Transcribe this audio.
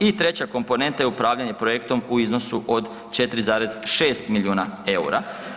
I treća komponenta je upravljanje projektom u iznosu od 4,6 milijuna eura.